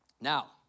Now